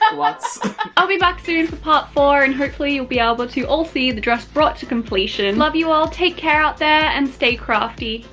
um i'll be back soon for part four and hopefully you'll be able to all see the dress brought to completion. and love you all, take care out there and stay crafty.